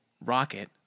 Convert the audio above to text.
rocket